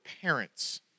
parents